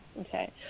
okay